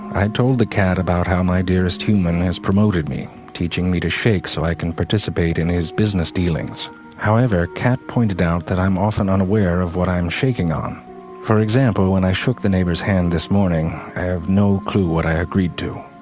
i told the cat about how my dearest human has promoted me, teaching me to shake so i can participate in his business dealings however, cat pointed out that i am often unaware of what i am shaking on for example, when i shook the neighbors hand this morning, i have no clue what i agreed to,